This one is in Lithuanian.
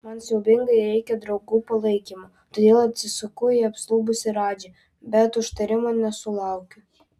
man siaubingai reikia draugų palaikymo todėl atsisuku į apstulbusį radžį bet užtarimo nesulaukiu